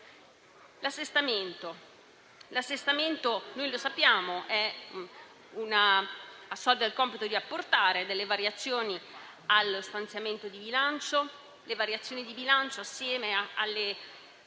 risanate. L'assestamento - noi lo sappiamo - assolve il compito di apportare delle variazioni allo stanziamento di bilancio. Le variazioni di bilancio, assieme alle